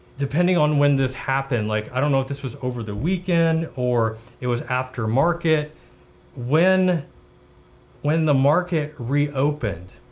depending on when this happened, like, i don't know if this was over the weekend or it was after market when when the market reopened,